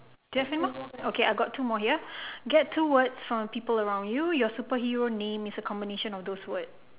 do you have anymore okay I got two more here ya get two words from people around you your superhero name is a combination of those word